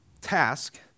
task